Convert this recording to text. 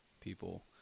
people